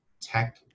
tech